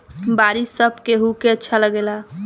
बारिश सब केहू के अच्छा लागेला